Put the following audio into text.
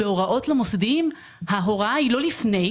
בהוראות למוסדיים ההוראה היא לא לפני,